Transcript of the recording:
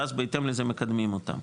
ואז בהתאם לזה מקדמים אותם.